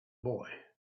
boy